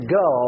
go